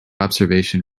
observation